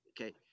okay